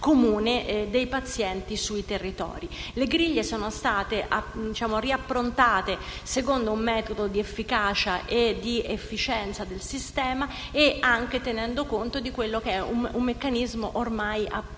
Le griglie sono state riapprontate secondo un metodo di efficacia ed efficienza del sistema e tenendo conto anche di un meccanismo ormai acclarato